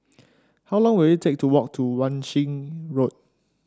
how long will it take to walk to Wan Shih Road